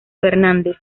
fernández